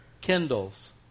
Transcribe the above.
kindles